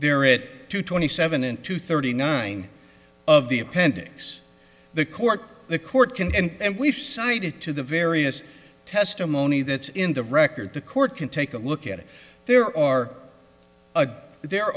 there it to twenty seven and to thirty nine of the appendix the court the court can and we've cited to the various testimony that's in the record the court can take a look at it there are a there